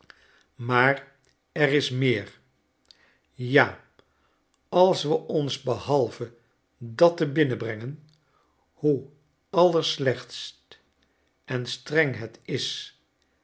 maar er is meer ja als we ons behalve dat te binnenbrengen hoe allerslechtst en streng het is